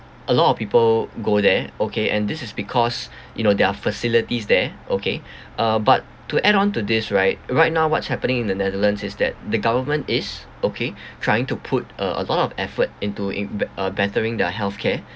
a lot of people go there okay and this is because you know their facilities there okay uh but to add on to this right right now what's happening in the netherlands is that the government is okay trying to put uh a lot of effort into inv~ uh bettering their healthcare